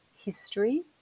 history